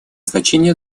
значение